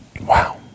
Wow